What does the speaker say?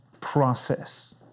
process